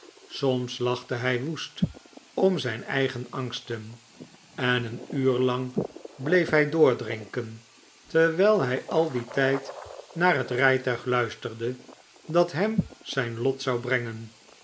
soms lachte hij woest om zijn eigen angsten en een uur lang bleef hij doordrinken terwijl hij al dien tijd naar het rijtuig luisterde dat hem zijn lot zou brengen